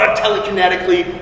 telekinetically